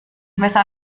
messer